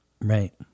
Right